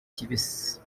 kibisi